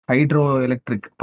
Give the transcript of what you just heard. Hydroelectric